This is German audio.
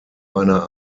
einer